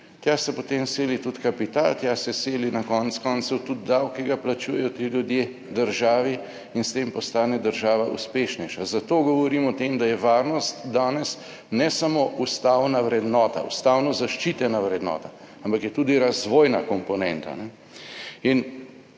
tja se potem seli tudi kapital, tja se seli na koncu koncev tudi davek, ki ga plačujejo ti ljudje državi in s tem postane država uspešnejša. Zato govorim o tem, da je varnost danes ne samo ustavna vrednota, ustavno zaščitena vrednota, ampak je tudi razvojna komponenta